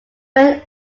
when